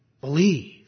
believe